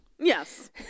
Yes